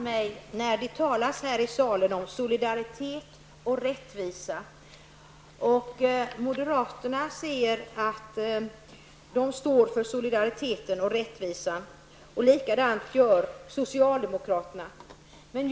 Fru talman! Det förvånar mig när det här talas om solidaritet och rättvisa. Moderaterna säger att de står för solidariteten och rättvisan precis som socialdemokraterna säger att de gör.